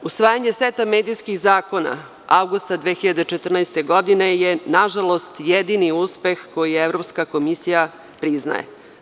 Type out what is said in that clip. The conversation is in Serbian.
Usvajanje seda medijskih zakona avgusta 2014. godine je, nažalost, jedini uspeh koji Evropska komisija priznaje.